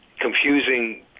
confusing